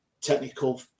technical